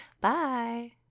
Bye